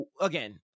again